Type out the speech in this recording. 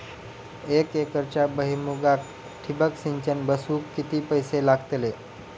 एक एकरच्या भुईमुगाक ठिबक सिंचन बसवूक किती पैशे लागतले?